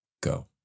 go